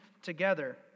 together